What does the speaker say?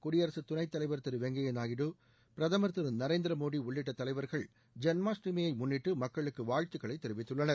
குடியரசு துணைத் தலைவர் திரு வெங்கைய நாயுடு பிரதமர் திரு நரேந்திர மோடி உள்ளிட்ட தலைவர்கள் ஜென்மாஷ்டமியை முன்னிட்டு மக்களுக்கு வாழ்துக்களை தெரிவித்துள்ளனர்